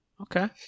Okay